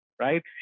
right